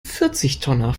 vierzigtonner